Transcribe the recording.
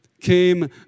came